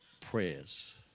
prayers